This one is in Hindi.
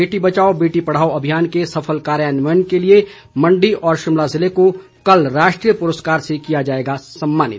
बेटी बचाओ बेटी पढ़ाओ अभियान के सफल कार्यान्वयन के लिए मण्डी और शिमला जिले को कल राष्ट्रीय पुरस्कार से किया जाएगा सम्मानित